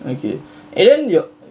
okay and then you